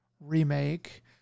remake